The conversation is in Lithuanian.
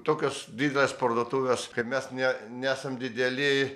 tokios didelės parduotuvės kad mes ne nesam dideli